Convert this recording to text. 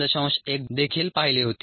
1 देखील पाहिली होती